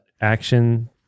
action